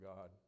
God